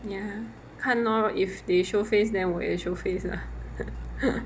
ya 看 lor if they show face then 我也 show face lah